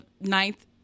ninth